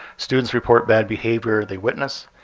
students report bad behavior they witness.